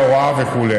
היה כמותו.